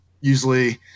usually